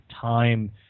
time